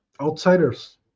outsiders